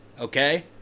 okay